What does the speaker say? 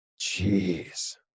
Jeez